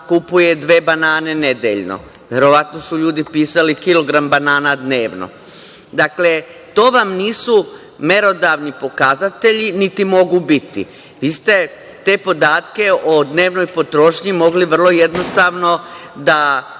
kupuje dve banane nedeljno? Verovatno su ljudi pisali kilogram banana dnevno. Dakle, to vam nisu merodavni pokazatelji niti mogu biti. Vi ste te podatke o dnevnoj potrošnji mogli vrlo jednostavno da